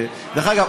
דרך אגב,